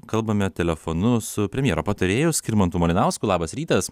kalbame telefonu su premjero patarėju skirmantu malinausku labas rytas